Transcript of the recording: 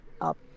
up